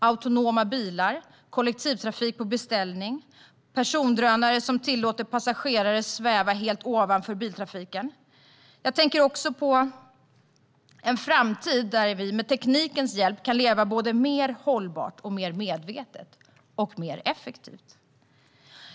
Autonoma bilar, kollektivtrafik på beställning, persondrönare som tillåter passagerare att sväva ovanför biltrafiken. Jag tänker också på en framtid där vi med teknikens hjälp kan leva mer hållbart, mer medvetet och mer effektivt.